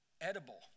edible